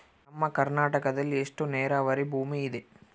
ನಮ್ಮ ಕರ್ನಾಟಕದಲ್ಲಿ ಎಷ್ಟು ನೇರಾವರಿ ಭೂಮಿ ಇದೆ?